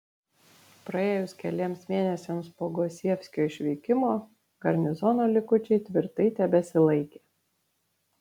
praėjus keliems mėnesiams po gosievskio išvykimo garnizono likučiai tvirtai tebesilaikė